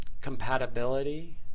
Compatibility